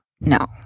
No